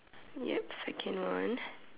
yup second one